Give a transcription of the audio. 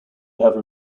have